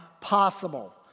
possible